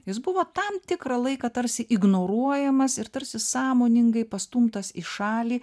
jis buvo tam tikrą laiką tarsi ignoruojamas ir tarsi sąmoningai pastumtas į šalį